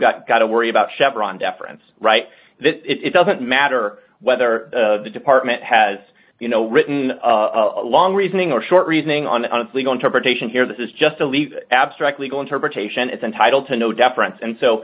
got got to worry about chevron deference right that it doesn't matter whether the department has you know written a long reasoning or short reasoning on honestly going to protection here this is just a leave abstract legal interpretation it's entitled to no deference and so